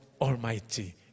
Almighty